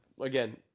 again